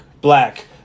Black